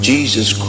Jesus